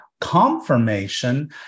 confirmation